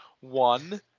One